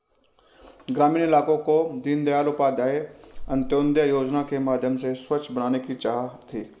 ग्रामीण इलाकों को दीनदयाल उपाध्याय अंत्योदय योजना के माध्यम से स्वच्छ बनाने की चाह थी